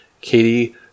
Katie